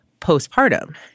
postpartum